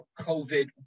COVID